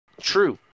True